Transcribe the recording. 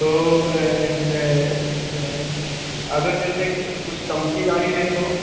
तो अगर जैसे कुछ कम की गाड़ी लें तो